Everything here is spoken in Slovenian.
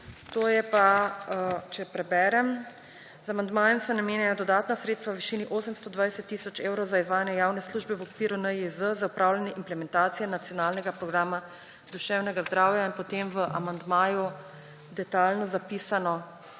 To je pa, če preberem, »z amandmajem so namenjena dodatna sredstva v višini 820 tisoč evrov za izvajanje javne službe v okviru NIJZ za opravljanje implementacije Nacionalnega programa duševnega zdravja« in potem je v amandmaju detajlno zapisano,